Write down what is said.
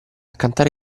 cantare